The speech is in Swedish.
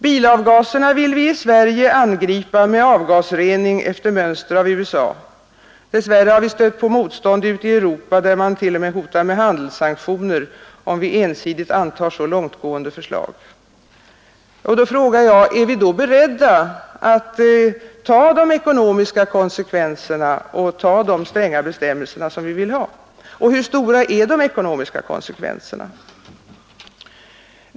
Bilavgaserna vill vi i Sverige angripa med avgasrening efter mönster av USA, men dess värre har vi stött på motstånd ute i Europa, där man t.o.m. hotar med handelssanktioner om vi ensidigt antar så långtgående förslag. Jag frågar: Är vi då beredda att genomföra de stränga bestämmelser som vi vill ha och ta de ekonomiska konsekvenserna? Och hur stora är de konsekvenserna?